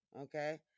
Okay